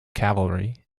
cavalry